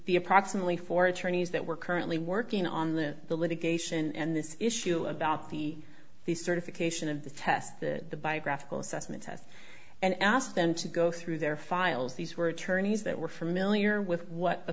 the approximately four attorneys that were currently working on the the litigation and this issue about the the certification of the test that the biographical assessment tests and ask them to go through their files these were attorneys that were familiar with what